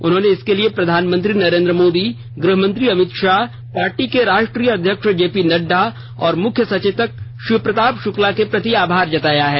उन्होंने इसके लिए प्रधानमंत्री नरेन्द्र मोदी गृहमंत्री अमित शाह पार्टी के राष्ट्रीय अध्यक्ष जेपी नड़डा और मुख्य सचेतक शिव प्रताप शुक्ला के प्रति आभार जताया है